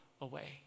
away